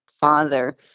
father